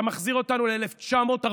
אתה מחזיר אותנו ל-1948.